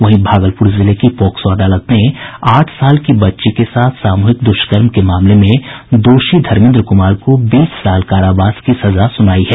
वहीं भागलपुर जिले की पॉक्सो अदालत ने आठ साल की बच्ची के साथ सामूहिक दुष्कर्म के मामले में दोषी धर्मेन्द्र कुमार को बीस साल कारावास की सजा सुनायी है